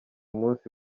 munsi